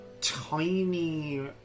tiny